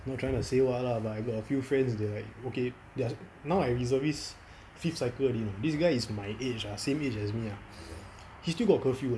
don't trying to say what ah but I got a few friends that like okay they are now I reservist fifth cycle already this guy is my age ah same age as me ah he still got curfew